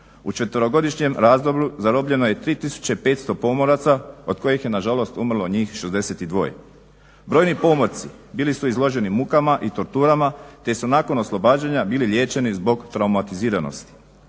U četverogodišnjem razdoblju zarobljeno je 3500 pomoraca od kojih je na žalost umrlo njih 62. Brojni pomorci bili su izloženi mukama i torturama, te su nakon oslobađanja bili liječeni zbog traumatiziranosti.